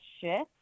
shift